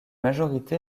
majorité